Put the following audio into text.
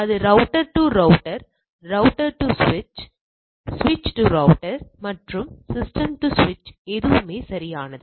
அது router to router router to சுவிட்ச் சுவிட்ச் டு ரௌட்டர் மற்றும் சிஸ்டம் டு சுவிட்ச் எதுவுமே சரியானது